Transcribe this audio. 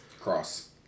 Cross